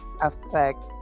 affect